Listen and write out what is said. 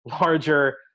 larger